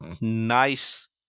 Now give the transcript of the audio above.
nice